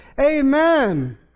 Amen